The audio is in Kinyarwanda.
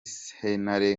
sentare